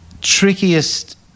trickiest